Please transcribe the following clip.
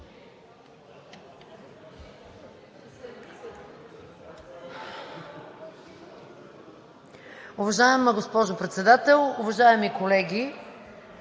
Уважаема госпожо Председател, уважаеми колеги!